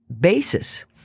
basis